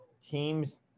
Teams